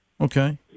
Okay